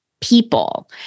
people